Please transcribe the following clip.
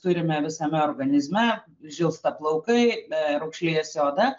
turime visame organizme žilsta plaukai raukšlėjasi oda